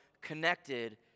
connected